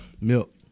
Milk